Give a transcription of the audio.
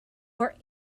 for